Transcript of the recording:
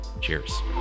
cheers